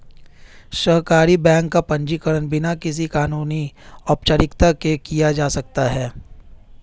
सहकारी बैंक का पंजीकरण बिना किसी कानूनी औपचारिकता के किया जा सकता है